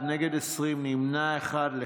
בעד, ארבעה, נגד, 21, נמנע אחד.